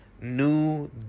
New